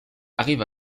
arrive